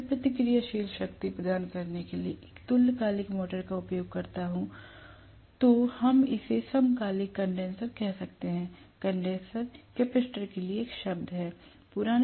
जब मैं प्रतिक्रियाशील शक्ति प्रदान करने के लिए एक तुल्यकालिक मोटर का उपयोग करता हूं तो हम इसे समकालिक कंडेनसर कह सकते हैं कंडेनसर कैपेसिटर के लिए एक शब्द है